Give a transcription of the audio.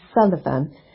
Sullivan